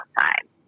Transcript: outside